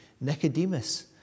Nicodemus